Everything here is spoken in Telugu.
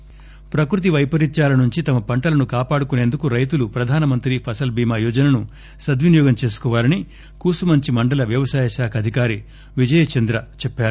బీమాః ప్రకృతి పైపరీత్వాల నుంచి తమ పంటలను కాపాడుకునేందుకు రైతులు ప్రధానమంత్రి ఫసల్ భీమా యోజనను సద్వినియోగం చేసుకోవాలని కూసుమంచి మండల వ్యవసాయ శాఖ అధికారి విజయ్ చంద్ర చెప్పారు